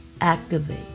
activate